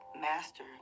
master